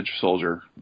soldier